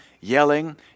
yelling